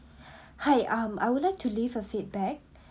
hi um I would like to leave a feedback